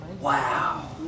Wow